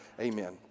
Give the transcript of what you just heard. Amen